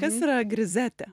kas yra grizetė